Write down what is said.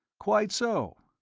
quite so.